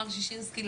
מר ששינסקי,